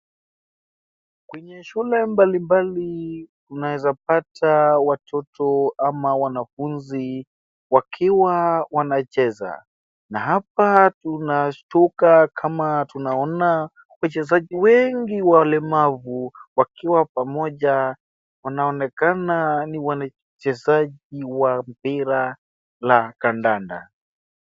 Kwenye shule mbalimbali, unaweza pata watoto ama wanafunzi wakiwa wanacheza. Na hapa tunashtuka kama tunaona wachezaji wengi walemavu wakiwa pamoja. Wanaonekana ni wachezaji wa mpira la kandanda.